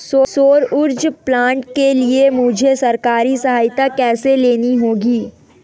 सौर ऊर्जा प्लांट के लिए मुझे सरकारी सहायता कैसे लेनी होगी?